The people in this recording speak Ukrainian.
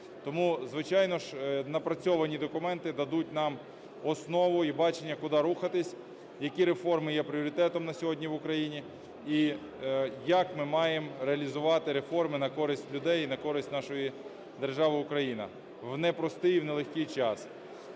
Тому, звичайно ж, напрацьовані документи дадуть нам основу і бачення, куди рухатися, які реформи є пріоритетом на сьогодні в Україні і як ми маємо реалізувати реформи на користь людей і на користь нашої держави Україна в непростий, в нелегкий час.